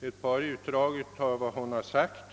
ett par utdrag av vad hon har sagt.